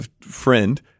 friend